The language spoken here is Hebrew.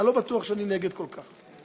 אני לא בטוח שאני נגד כל כך,